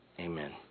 Amen